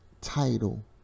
title